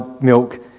milk